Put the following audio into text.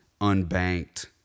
unbanked